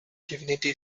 divinity